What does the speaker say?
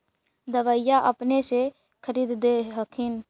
दबइया अपने से छीरक दे हखिन?